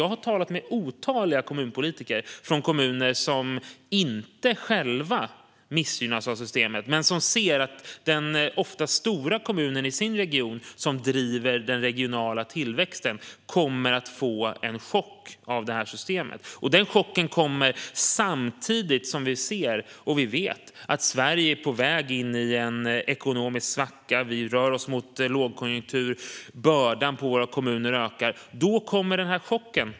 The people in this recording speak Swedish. Jag har talat med otaliga kommunpolitiker i kommuner som inte själva missgynnas av systemet men som ser att den ofta stora kommunen i regionen som driver den regionala tillväxten kommer att få en chock i det här systemet. Den chocken kommer samtidigt som vi ser och vet att Sverige är på väg in i en ekonomisk svacka. Vi rör oss mot lågkonjunktur. Bördan på våra kommuner ökar. Då kommer den här chocken.